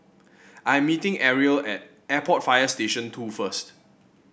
I am meeting Ariel at Airport Fire Station Two first